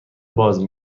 باز